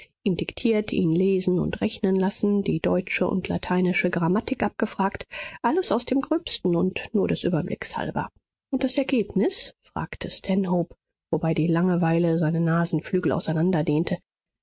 ihm diktiert ihn lesen und rechnen lassen die deutsche und lateinische grammatik abgefragt alles aus dem gröbsten und nur des überblicks halber und das ergebnis fragte stanhope wobei die langweile seine nasenflügel auseinander